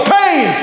pain